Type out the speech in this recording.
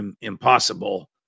impossible